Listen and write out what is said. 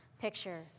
picture